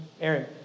Aaron